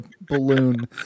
balloon